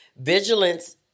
Vigilance